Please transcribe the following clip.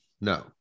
No